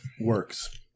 works